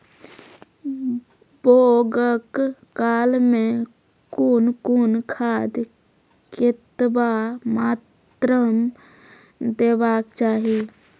बौगक काल मे कून कून खाद केतबा मात्राम देबाक चाही?